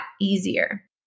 easier